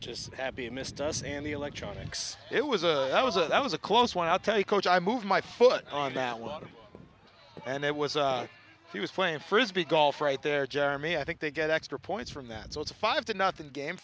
just happy missed us and the electronics it was a it was a that was a close one i'll tell you coach i move my foot on that one and it was a he was playing frisbee golf right there jeremy i think they get extra points from that so it's a five to nothing game